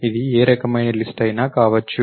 ఇది ఏ రకమైన లిస్ట్ అయినా కావచ్చు